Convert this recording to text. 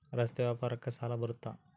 ರಸ್ತೆ ವ್ಯಾಪಾರಕ್ಕ ಸಾಲ ಬರುತ್ತಾ?